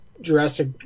Jurassic